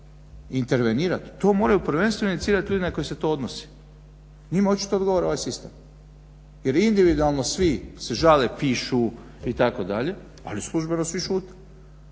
intervenirati to moraju prvenstveno ciljat ljudi na koje se to odnosi. Njima očito odgovara ovaj sistem. Jer individualno svi se žale, pišu itd. ali službeno svi šute.